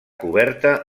coberta